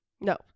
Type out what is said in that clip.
No